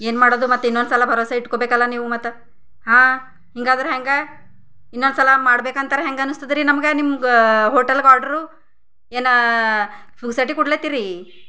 ಏನು ಮಾಡೋದು ಮತ್ತೆ ಇನ್ನೊಂದ್ಸಲ ಭರೋಸಾ ಇಟ್ಕೊಬೇಕಲ್ಲ ನೀವು ಮತ್ತ ಹಾಂ ಹಿಂಗಾದ್ರೆ ಹೆಂಗೆ ಇನ್ನೊಂದ್ಸಲ ಮಾಡ್ಬೇಕಂತರ ಹೆಂಗೆ ಅನಸ್ತದ ರಿ ನಮಗೆ ನಿಮಗೆ ಹೋಟೆಲ್ಗೆ ಆರ್ಡರು ಏನು ಪುಕ್ಸಟ್ಟೆ ಕೊಡ್ಲತ್ತೀರಿ